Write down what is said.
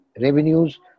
revenues